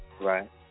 Right